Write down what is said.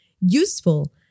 useful